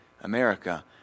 America